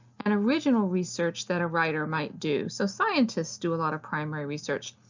and original research that a writer might do. so scientists do a lot of primary research.